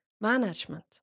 management